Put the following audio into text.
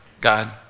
God